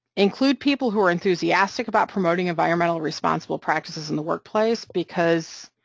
include people who are enthusiastic about promoting environmentally-responsible practices in the workplace, because,